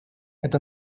это